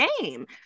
game